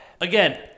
Again